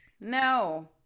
No